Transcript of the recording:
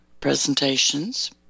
presentations